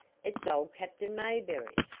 it's old captain mayberry!